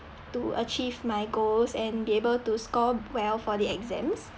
to achieve my goals and be able to score well for the exams